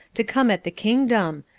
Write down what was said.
to come at the kingdom,